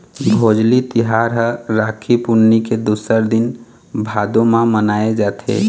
भोजली तिहार ह राखी पुन्नी के दूसर दिन भादो म मनाए जाथे